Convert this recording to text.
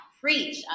preach